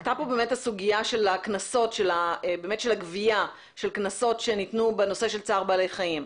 עלתה פה סוגיית הגבייה של הקנסות שניתנו בנושא צער בעלי חיים.